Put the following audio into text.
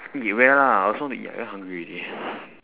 eat where lah I also want to eat I very hungry already